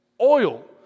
oil